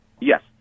Yes